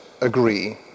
agree